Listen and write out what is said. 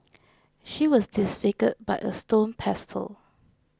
she was disfigured by a stone pestle